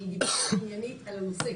היא דיברה עניינית על הנושא.